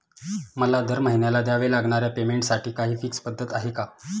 मला दरमहिन्याला द्यावे लागणाऱ्या पेमेंटसाठी काही फिक्स पद्धत आहे का?